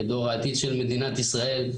כדור העתיד של מדינת ישראל,